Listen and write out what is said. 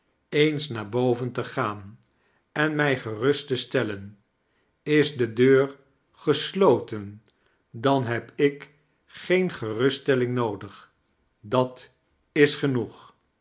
eens naar boven te gaan en mij gerust te stellen is de deur gesloten dan heb ik geen geruststelling noodig dat is genoeg